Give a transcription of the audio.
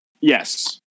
Yes